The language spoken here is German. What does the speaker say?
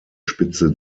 spitze